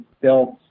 built